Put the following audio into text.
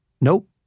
Nope